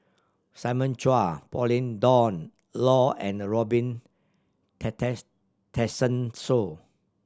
Simon Chua Pauline Dawn Loh and Robin Tessensohn